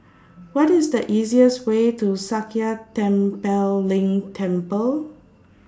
What IS The easiest Way to Sakya Tenphel Ling Temple